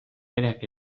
berak